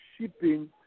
shipping